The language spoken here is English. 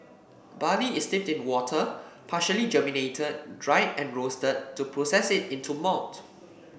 barley is steeped in water partially germinated dried and roasted to process it into malt